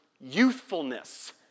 youthfulness